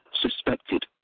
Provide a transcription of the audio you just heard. suspected